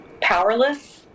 powerless